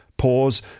pause